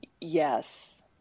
Yes